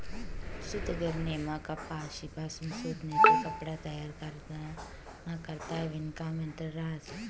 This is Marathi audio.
सूतगिरणीमा कपाशीपासून सूत नैते कपडा तयार कराना करता विणकाम यंत्र रहास